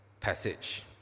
passage